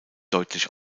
deutlich